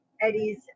Eddie's